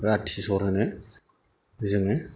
राथिसर होनो जोङो